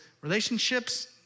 relationships